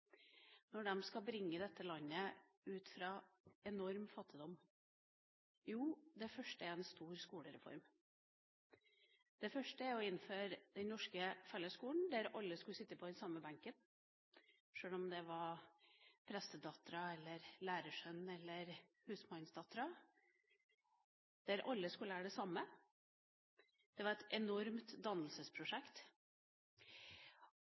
når de skal bringe dette landet ut av enorm fattigdom? Jo, det første er en stor skolereform. Det første er å innføre den norske fellesskolen, der alle skulle sitte på den samme benken, enten det var prestedatteren, lærersønnen eller husmannsdatteren, og der alle skulle lære det samme. Det var et enormt